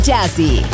Jazzy